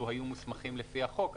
לו היו מוסמכים לפי החוק,